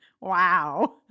Wow